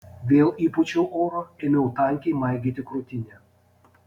vėl įpūčiau oro ėmiau tankiai maigyti krūtinę